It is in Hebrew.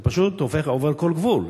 זה פשוט עובר כל גבול.